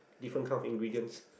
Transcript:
different kinds of ingredients